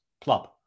club